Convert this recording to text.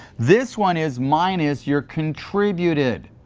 this one is minus your contributed.